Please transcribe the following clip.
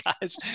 guys